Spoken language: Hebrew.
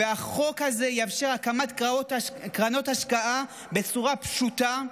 והחוק הזה יאפשר הקמת קרנות השקעה בצורה פשוטה,